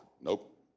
Nope